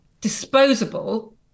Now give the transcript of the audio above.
disposable